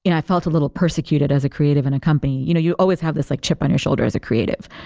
and i felt a little persecuted as a creative in a company. you know you always have the like chip on your shoulder as a creative.